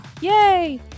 Yay